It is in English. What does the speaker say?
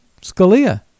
Scalia